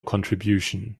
contribution